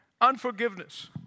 Unforgiveness